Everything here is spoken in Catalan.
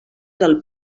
del